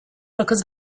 because